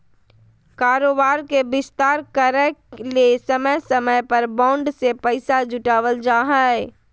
कारोबार के विस्तार करय ले समय समय पर बॉन्ड से पैसा जुटावल जा हइ